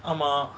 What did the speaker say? ஆமா:aama